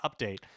update